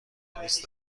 تنیس